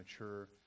mature